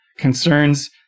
concerns